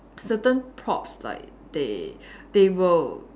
certain props like they they will